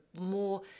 more